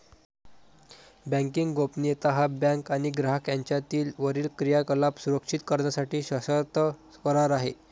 banking गोपनीयता हा bank आणि ग्राहक यांच्यातील वरील क्रियाकलाप सुरक्षित करण्यासाठी सशर्त करार आहे